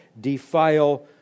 defile